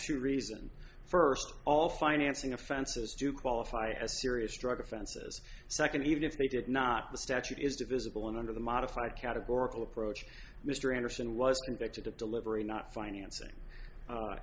few reasons first of all financing offenses do qualify as serious drug offenses second even if they did not the statute is divisible and under the modified categorical approach mr anderson was convicted of delivery not financing